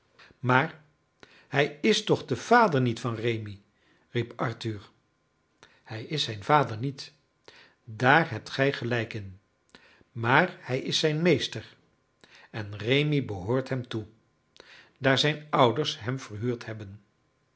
maar hij is toch de vader niet van rémi riep arthur hij is zijn vader niet daar hebt gij gelijk in maar hij is zijn meester en rémi behoort hem toe daar zijn ouders hem verhuurd hebben